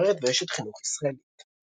משוררת ואשת חינוך ישראלית.